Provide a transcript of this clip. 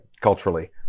culturally